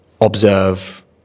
observe